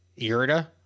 Irida